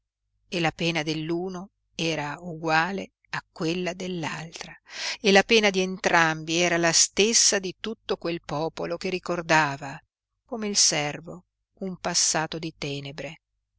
e la pena dell'uno era uguale a quella dell'altra e la pena di entrambi era la stessa di tutto quel popolo che ricordava come il servo un passato di tenebre